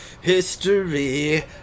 history